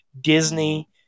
Disney